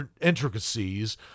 intricacies